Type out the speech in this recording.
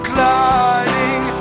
Gliding